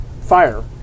fire